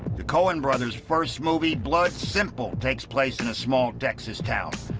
the coen brothers' first movie blood simple takes place in a small texas town.